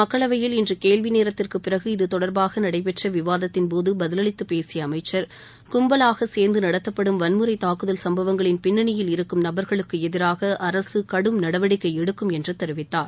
மக்களவையில் இன்று கேள்வி நேரத்திற்குப் பிறகு இதுதொடர்பாக நடைபெற்ற விவாதத்தின்போது பதிலளித்துப் பேசிய அமைச்சர் கும்பவாக சேர்ந்து நடத்தப்படும் வன்முறை தாக்குதல் சம்பவங்களின் பின்னணியில் இருக்கும் நபர்களுக்கு எதிராக அரசு கடும் நடவடிக்கை எடுக்கும் என்று தெரிவித்தார்